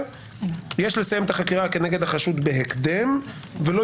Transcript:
יש לסיים את החקירה כנגד החשוד בהקדם ולא